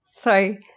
sorry